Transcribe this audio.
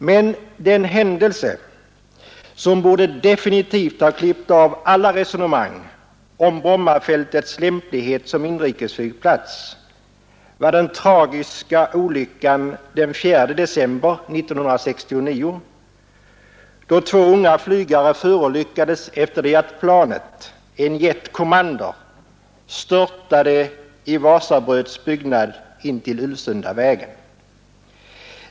Med den händelse som borde definitivt ha klippt av alla resonemang om Brommafältets lämplighet som inrikesflygplats var den tragiska olyckan den 4 december 1969 då två unga flygare förolyckades efter det att planet — en jet Commander — störtat i Wasabröds byggnad intill Ulvsundavägen.